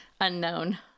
unknown